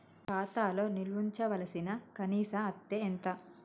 ఖాతా లో నిల్వుంచవలసిన కనీస అత్తే ఎంత?